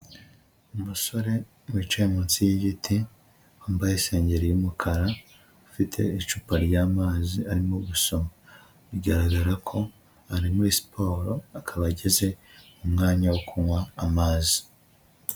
Umusore wicaye munsi y'igiti wambaye isengeri y'umukara ufite icupa ry'amazi arimo gusoma, bigaragara ko ari muri siporo akaba ageze mu mwanya wo kunywa amazi.